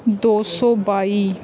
ਦੋ ਸੌ ਬਾਈ